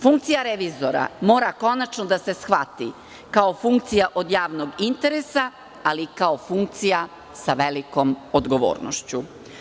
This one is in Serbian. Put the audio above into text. Funkcija revizora mora konačno da se shvati kao funkcija od javnog interesa, ali i kao funkcija sa velikom odgovornošću.